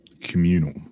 communal